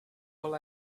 all